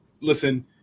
listen